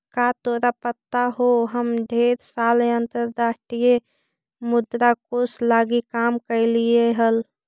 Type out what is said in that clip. का तोरा पता हो हम ढेर साल अंतर्राष्ट्रीय मुद्रा कोश लागी काम कयलीअई हल